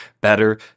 better